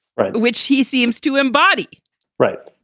right. which he seems to embody right.